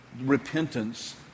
repentance